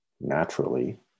naturally